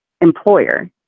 employer